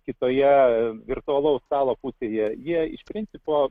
kitoje virtualaus stalo pusėje jie iš principo